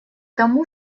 тому